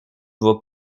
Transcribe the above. vas